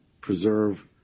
preserve